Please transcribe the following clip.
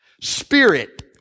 spirit